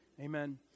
amen